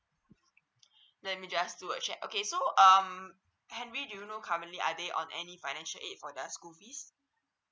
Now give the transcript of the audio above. let me just do a check okay so um henry do you know currently are they on any financial aids for their school fees